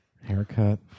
Haircut